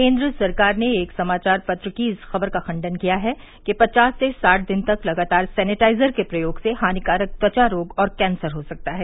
केन्द्र सरकार ने एक समाचार पत्र की इस खबर का खंडन किया है कि पचास से साठ दिन तक लगातार सेनिटाइजर के प्रयोग से हानिकारक त्वचा रोग और कैंसर हो सकता है